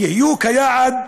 יהיו יעד